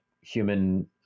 Human